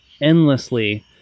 endlessly